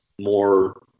more